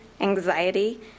anxiety